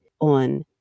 on